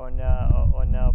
o ne o ne